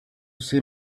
see